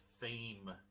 theme